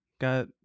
got